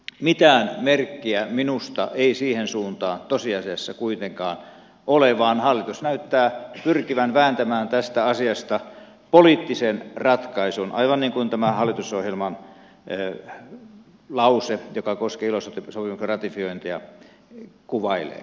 mitään merkkejä minusta ei siihen suuntaan tosiasiassa kuitenkaan ole vaan hallitus näyttää pyrkivän vääntämään tästä asiasta poliittisen ratkaisun aivan niin kuin tämä hallitusohjelman lause joka koskee ilo sopimuksen ratifiointia kuvailee